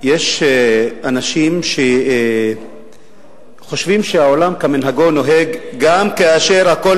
יש אנשים שחושבים שהעולם כמנהגו נוהג גם כאשר הכול